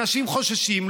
אנשים חוששים,